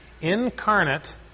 incarnate